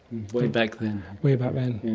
way back then. way back then.